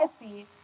legacy